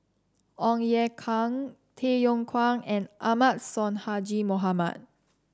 Ong Ye Kung Tay Yong Kwang and Ahmad Sonhadji Mohamad